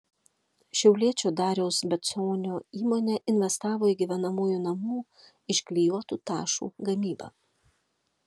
šiauliečio dariaus beconio įmonė investavo į gyvenamųjų namų iš klijuotų tašų gamybą